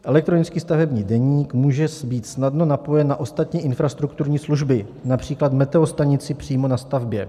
Elektronický stavební deník může být snadno napojen na ostatní infrastrukturní služby, například meteostanici přímo na stavbě.